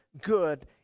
good